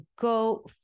go